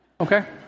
Okay